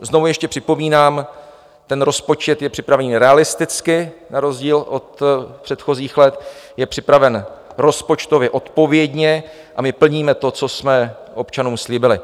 Znovu ještě připomínám, rozpočet je připraven realisticky na rozdíl od předchozích let, je připraven rozpočtově odpovědně a my plníme to, co jsme občanům slíbili.